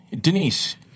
denise